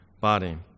body